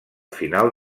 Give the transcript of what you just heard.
final